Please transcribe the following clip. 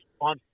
on